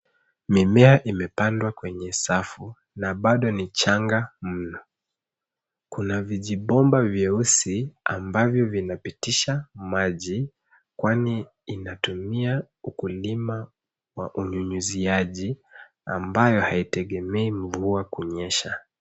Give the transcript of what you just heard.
Mimea imepandwa kwenye safu na bado ni changa mno. Kuna vijibomba vyeusi ambavyo vinapitisha maji kwani inatumia ukulima wa unyunyiziaji ambayo haitegemei mvua kunyesha.